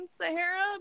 Sahara